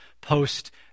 post